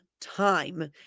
time